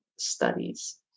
studies